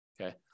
Okay